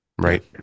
right